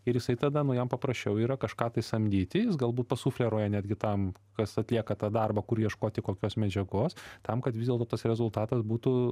ir jisai tada nu jam paprasčiau yra kažką tai samdyti jis galbūt pasufleruoja netgi tam kas atlieka tą darbą kur ieškoti kokios medžiagos tam kad vis dėlto tas rezultatas būtų